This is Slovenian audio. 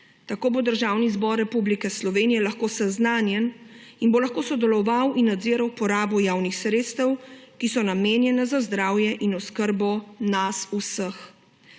Tako bo Državni zbor Republike Slovenije lahko seznanjen in bo lahko sodeloval in nadziral porabo javnih sredstev, ki so namenjena za zdravje in oskrbo nas vseh.